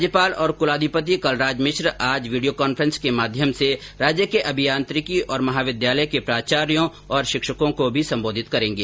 राज्यपाल और कुलाधिपति कलराज मिश्र आज वीडियो कांफ्रेस के माध्यम से राज्य के अभियांत्रिकी महाविद्यालयों के प्राचार्यो और शिक्षकों को भी सम्बोधित करेंगे